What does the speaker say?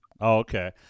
okay